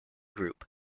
group